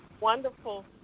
wonderful